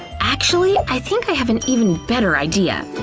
actually, i think i have an even better idea.